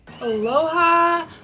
Aloha